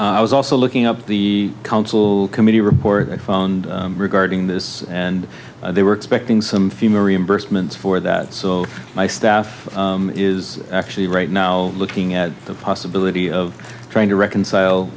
was also looking up the council committee report regarding this and they were expecting some female reimbursements for that so my staff is actually right now looking at the possibility of trying to reconcile